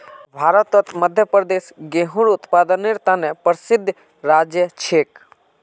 भारतत मध्य प्रदेश गेहूंर उत्पादनेर त न प्रसिद्ध राज्य छिके